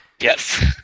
Yes